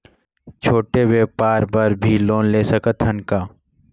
छोटे व्यापार बर भी लोन ले सकत हन का?